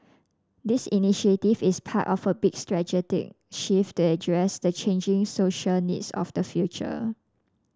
this initiative is part of a big shift to address the changing social needs of the future